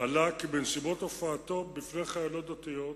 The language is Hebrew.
עלה כי בנסיבות הופעתו בפני חיילות דתיות הוא